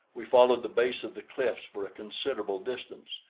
we followed the base of the cliffs for considerable distance.